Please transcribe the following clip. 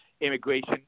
Immigration